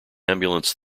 ambulance